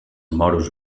moros